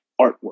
artwork